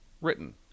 written